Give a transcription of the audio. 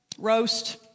Roast